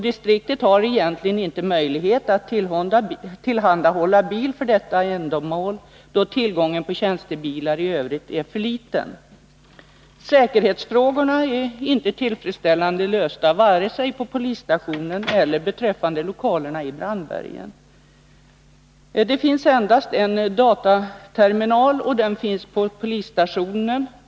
Distriktet har egentligen inte möjlighet att tillhandahålla bil för detta ändamål, då tillgången till tjänstebilar är för liten. Säkerhetsfrågorna är inte tillfredsställande lösta vare sig på polisstationen eller i lokalerna i Brandbergen. Vidare finns endast en dataterminal, och den Nr 50 finns på polisstationen.